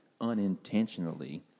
unintentionally